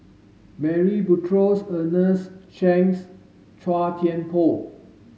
Murray Buttrose Ernest Shanks Chua Thian Poh